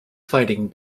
fighting